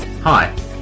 Hi